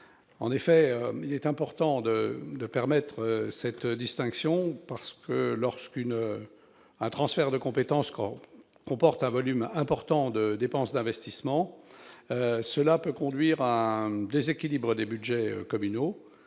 transférées. Il faut permettre cette distinction, car, lorsqu'un transfert de compétences comporte un volume important de dépenses d'investissement, cela peut conduire à un déséquilibre des budgets communaux